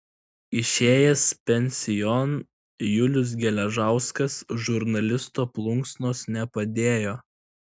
išėjęs pensijon julius geležauskas žurnalisto plunksnos nepadėjo